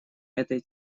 этой